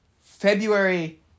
February